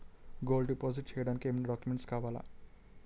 Gold deposit చేయడానికి ఏమైనా documents కావాలా?